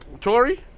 Tory